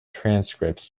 transcripts